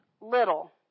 little